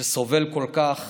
שסובל כל כך